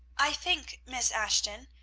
i think, miss ashton,